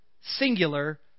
singular